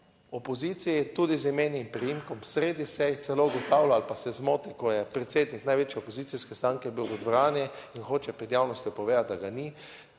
opoziciji, tudi z imeni in priimkom. Sredi seje ugotavlja ali pa se zmoti, ko je predsednik največje opozicijske stranke bil v dvorani in hoče pred javnostjo povedati, da ga ni.